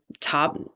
top